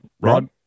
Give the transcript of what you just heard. Rod